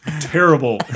Terrible